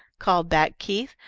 called back keith,